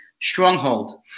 stronghold